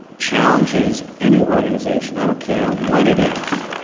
challenges any organization. i don't care what it is.